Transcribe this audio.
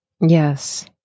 Yes